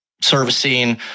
servicing